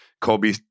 Kobe